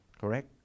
Correct